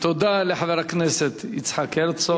תודה לחבר הכנסת יצחק הרצוג.